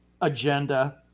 agenda